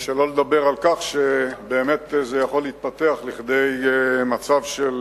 ושלא לדבר על כך שבאמת זה יכול להתפתח לכדי מצב של